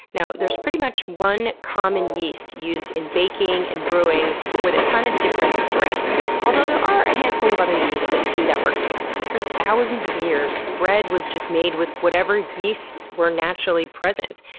now, there's pretty much one common yeast used in baking and brewing with a ton of different strains, although there are a handful of other yeasts that do that work too. for thousands of years bread was just made with whatever yeasts were naturally present,